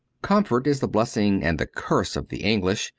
comfort is the blessing and the curse of the english,